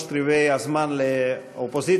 שלושת רבעי הזמן לאופוזיציה,